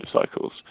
cycles